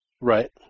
Right